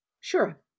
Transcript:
Sure